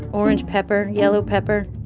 orange pepper, yellow pepper,